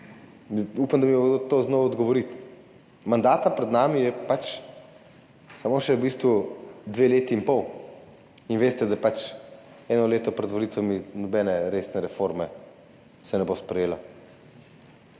Upam, da mi bo kdo to znal odgovoriti. Mandata pred nami je samo še v bistvu dve leti in pol in veste, da se eno leto pred volitvami nobena resna reforma ne bo sprejela,